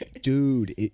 Dude